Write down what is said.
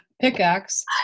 pickaxe